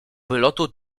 wylotu